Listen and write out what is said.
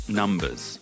numbers